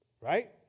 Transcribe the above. right